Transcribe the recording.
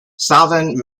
southend